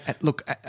Look